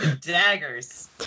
Daggers